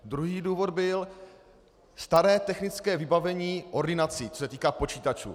Druhý důvod byl: Staré technické vybavení ordinací, co se týká počítačů.